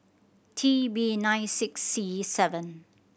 T B nine six C seven